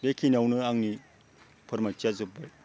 बेखिनियावनो आंनि फोरमायथिया जोबबाय